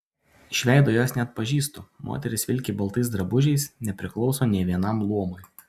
iš veido jos neatpažįstu moteris vilki baltais drabužiais nepriklauso nė vienam luomui